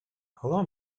allow